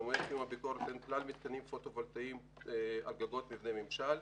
במועד סיום הביקורת לא היו כלל מתקנים פוטו-וולטאים על גגות מבני ממשל.